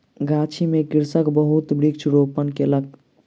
गाछी में कृषक बहुत वृक्ष रोपण कयलक